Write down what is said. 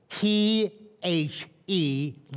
T-H-E